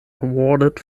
awarded